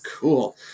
cool